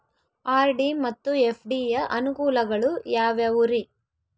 RD ಮತ್ತು FD ಯ ಅನುಕೂಲಗಳು ಯಾವ್ಯಾವುರಿ?